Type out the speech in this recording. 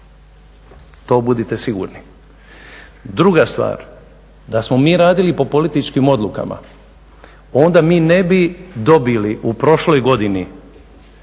To budite sigurni. Druga stvar, da smo mi radili po politički odlukama onda mi ne bi dobili u prošloj godini